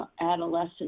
adolescent